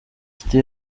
city